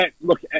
Look